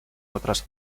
otras